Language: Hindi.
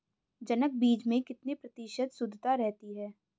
जनक बीज में कितने प्रतिशत शुद्धता रहती है?